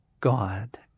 God